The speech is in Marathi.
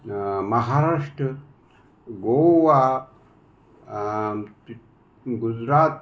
महाराष्ट्र गोवा आ गुजरात